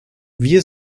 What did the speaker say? wir